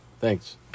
Thanks